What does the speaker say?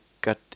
got